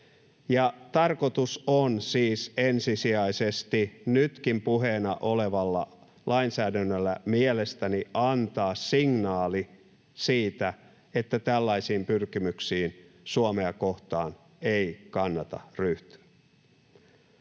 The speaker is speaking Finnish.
Tarkoitus on siis ensisijaisesti nytkin puheena olevalla lainsäädännöllä mielestäni antaa signaali siitä, että tällaisiin pyrkimyksiin Suomea kohtaan ei kannata ryhtyä.